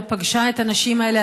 לא פגשה את הנשים האלה,